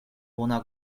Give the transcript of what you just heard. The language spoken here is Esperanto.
bona